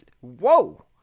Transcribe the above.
Whoa